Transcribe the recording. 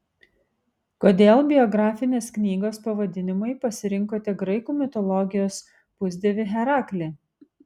kodėl biografinės knygos pavadinimui pasirinkote graikų mitologijos pusdievį heraklį